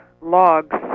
logs